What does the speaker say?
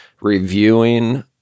reviewing